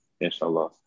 Inshallah